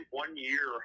one-year